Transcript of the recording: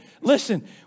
listen